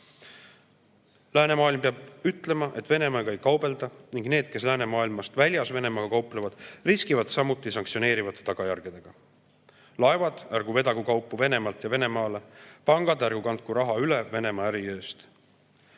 Läänemaailm peab ütlema, et Venemaaga ei kaubelda ning need, kes läänemaailmast väljas Venemaaga kauplevad, riskivad samuti sanktsioneerivate tagajärgedega. Laevad ärgu vedagu kaupu Venemaalt ja Venemaale. Pangad ärgu kandku raha üle Venemaa äri